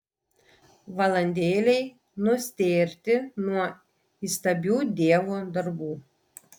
valandėlei nustėrti nuo įstabių dievo darbų